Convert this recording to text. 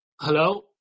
hello